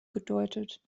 gedeutet